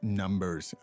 numbers